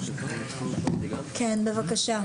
כן, בבקשה.